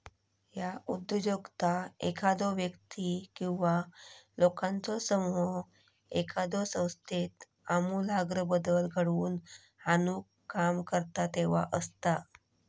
ह्या उद्योजकता एखादो व्यक्ती किंवा लोकांचो समूह एखाद्यो संस्थेत आमूलाग्र बदल घडवून आणुक काम करता तेव्हा असता